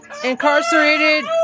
incarcerated